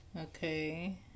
Okay